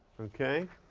okay.